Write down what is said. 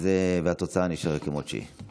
והתוצאה נשארת כמות שהיא.